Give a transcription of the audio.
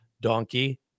donkey